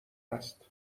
است